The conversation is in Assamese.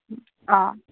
অঁ